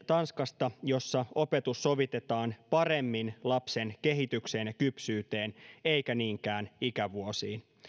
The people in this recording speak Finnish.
tanskasta jossa opetus sovitetaan paremmin lapsen kehitykseen ja kypsyyteen eikä niinkään ikävuosiin